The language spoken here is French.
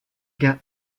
gains